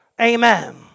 Amen